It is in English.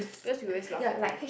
cause you always laughed at her